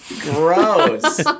Gross